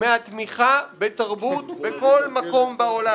מהתמיכה בתרבות בכל מקום בעולם.